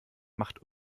macht